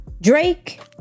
Drake